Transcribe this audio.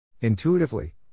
Intuitively